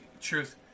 truth